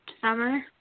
summer